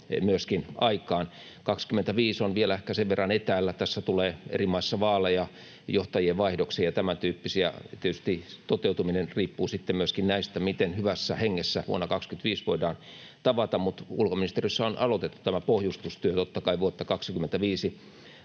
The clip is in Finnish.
Vuosi 25 on vielä ehkä sen verran etäällä, kun tässä tulee eri maissa vaaleja, johtajien vaihdoksia ja tämäntyyppisiä, ja tietysti toteutuminen riippuu sitten myöskin näistä, miten hyvässä hengessä vuonna 25 voidaan tavata — mutta ulkoministeriössä on aloitettu tämä pohjustustyö tottakai vuotta 25